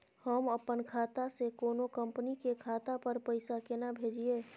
हम अपन खाता से कोनो कंपनी के खाता पर पैसा केना भेजिए?